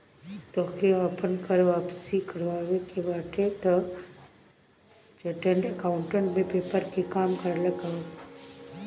तोहके आपन कर वापसी करवावे के बाटे तअ चार्टेड अकाउंटेंट से पेपर के काम करवा लअ